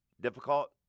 difficult